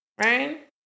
right